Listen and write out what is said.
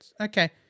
Okay